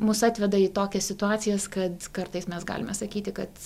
mus atveda į tokias situacijas kad kartais mes galime sakyti kad